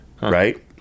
right